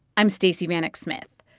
i'm stacey vanek smith.